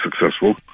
successful